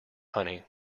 honey